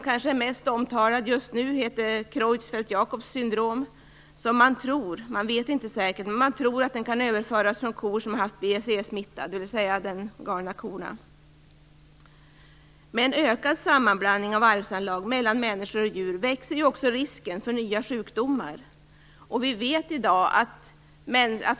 Den mest omtalade just nu är Creutzfeldt-Jakobs syndrom som man tror - men man vet inte säkert - kan överföras från kor som har haft Med en ökad sammanblandning av arvsanlag mellan människa och djur växer också risken för nya sjukdomar.